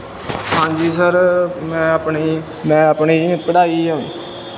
ਹਾਂਜੀ ਸਰ ਮੈਂ ਆਪਣੀ ਮੈਂ ਆਪਣੀ ਪੜ੍ਹਾਈ